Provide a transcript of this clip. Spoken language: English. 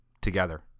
together